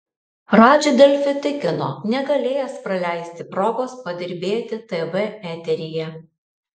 radži delfi tikino negalėjęs praleisti progos padirbėti tv eteryje